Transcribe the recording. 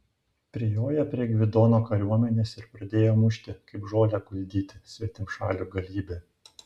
prijojo prie gvidono kariuomenės ir pradėjo mušti kaip žolę guldyti svetimšalių galybę